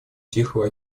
тихого